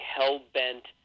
hell-bent